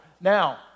Now